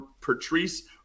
Patrice